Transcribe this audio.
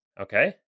Okay